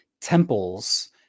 temples